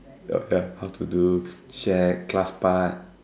ya ya how to do shag class part